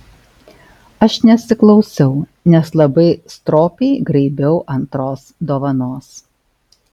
aš nesiklausiau nes labai stropiai graibiau antros dovanos